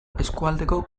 eskualdeko